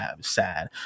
sad